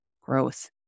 growth